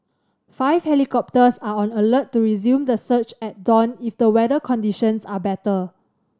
five helicopters are on alert to resume the search at dawn if the weather conditions are better